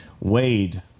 Wade